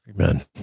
Amen